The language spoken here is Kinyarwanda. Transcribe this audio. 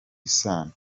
isano